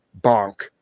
bonk